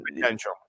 potential